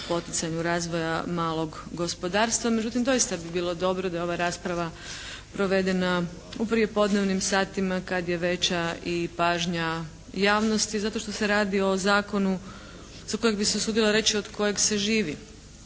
poticanju razvoja malog gospodarstva, međutim doista bi bilo dobro da ova rasprava provedena u prijepodnevnim satima kad je veća i pažnja javnosti zato što se radi o Zakonu za kojeg bi se usudila reći od kojeg se živi,